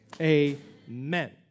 amen